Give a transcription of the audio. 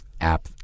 app